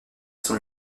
sont